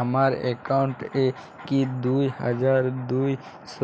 আমার অ্যাকাউন্ট এ কি দুই হাজার দুই শ